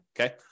Okay